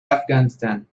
afghanistan